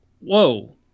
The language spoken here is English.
whoa